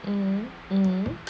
mmhmm mmhmm